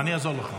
אני אעזור לך.